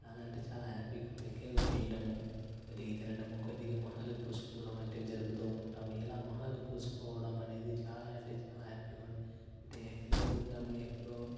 చాలా అంటే చాలా హ్యాపీగా కేక్ కోయడము కొద్దిగ తినడము కొద్దిగ మొహాలకి పూసుకోవడం వంటివి జరుపుతూ ఉంటాము ఇలా మొహాలకి పూసుకోవడమనేది చాలా అంటే చాలా హ్యాపీగా ఉంది ఎక్కడో పుట్టాము ఎక్కడో